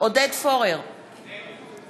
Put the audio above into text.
עודד פורר, נגד